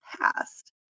past